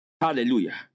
Hallelujah